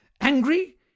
angry